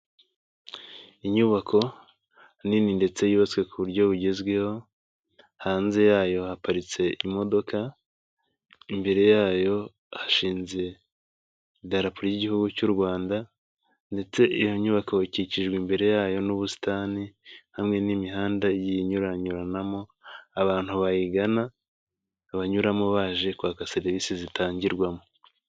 Inyubako nini ndetse yubatswe ku buryo bugezweho. Hanze yayo haparitse imodoka. Imbere yayo hashinze idarapo ry'Igihugu cy'u Rwanda, ndetse iyo nyubako ikikijwe imbere yayo n'ubusitani hamwe n'imihanda igiye inyuranyuranamo abantu bayigana banyuramo baje kwaka serivisi zitangirwamo.